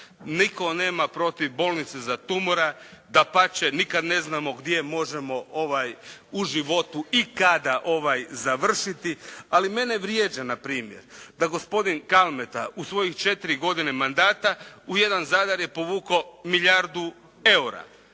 nitko nema protiv Bolnice za tumore. Dapače, nikad ne znamo gdje možemo u životu i kada završiti. Ali mene vrijeđa na primjer da gospodin Kalmeta u svojih četiri godine mandata u jedan Zadar je povukao milijardu eura.